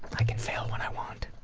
i can fail when i want.